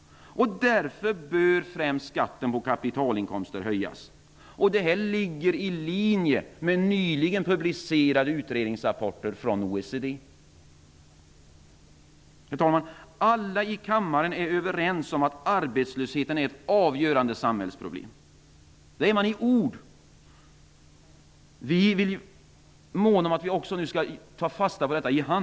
Därför bör främst skatten på kapitalinkomster höjas. Detta ligger i linje med nyligen publicerade utredningsrapporter från Herr talman! Alla här i kammaren är i ord överens om att arbetslösheten är ett avgörande samhällsproblem. Vänsterpartiet månar om att vi också i handling tar fasta på detta.